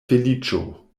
feliĉo